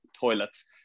toilets